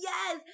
Yes